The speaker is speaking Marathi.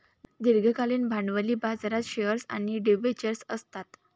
दीर्घकालीन भांडवली बाजारात शेअर्स आणि डिबेंचर्स असतात